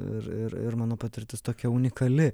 ir ir ir mano patirtis tokia unikali